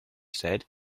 said